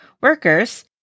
workers